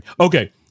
Okay